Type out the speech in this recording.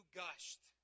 gushed